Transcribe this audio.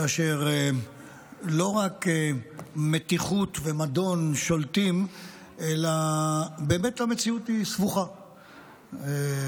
כאשר לא רק מתיחות ומדון שולטים אלא באמת המציאות היא סבוכה,